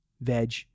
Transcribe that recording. veg